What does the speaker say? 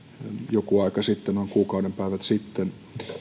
joku aika sitten noin kuukauden päivät sitten